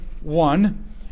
one